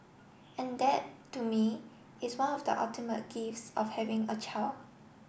and that to me is one of the ultimate gifts of having a child